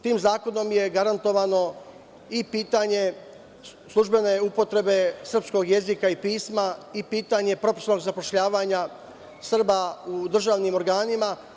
Tim zakonom je garantovano i pitanje službene upotrebe srpskog jezika i pisma i pitanje zapošljavanje Srba u državnim organima.